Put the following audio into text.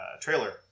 trailer